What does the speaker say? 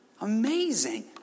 amazing